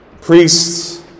Priests